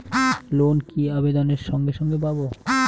Loan কি আবেদনের সঙ্গে সঙ্গে পাব?